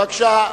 בבקשה,